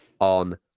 on